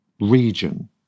region